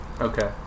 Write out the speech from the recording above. Okay